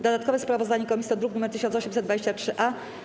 Dodatkowe sprawozdanie komisji to druk nr 1823-A.